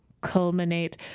culminate